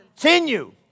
Continue